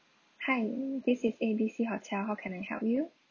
hi this is A B C hotel how can I help you